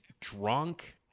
drunk